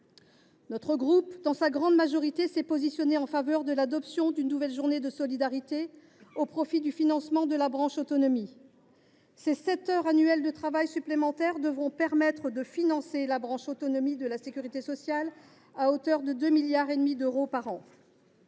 modèle social. Dans sa grande majorité, notre groupe s’est positionné en faveur de l’adoption d’une nouvelle journée de solidarité au profit du financement de la branche autonomie. Ces sept heures annuelles de travail supplémentaires devront permettre de financer la branche autonomie de la sécurité sociale, à hauteur de 2,5 milliards d’euros par an.